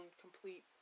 complete